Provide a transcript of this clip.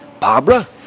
Barbara